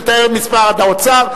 לתאם עם משרד האוצר,